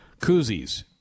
koozies